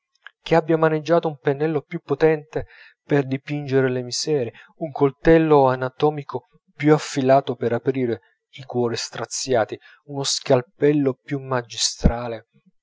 che abbia maneggiato un pennello più potente per dipingere le miserie un coltello anatomico più affilato per aprire i cuori straziati uno scalpello più magistrale